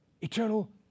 eternal